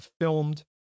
filmed